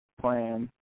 plan